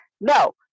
no